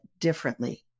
differently